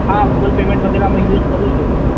હા Google payment વગેરેનો use કરું છું